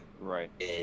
right